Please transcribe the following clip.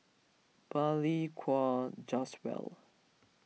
Balli Kaur Jaswal